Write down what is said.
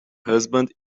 husband